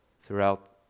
throughout